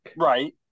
Right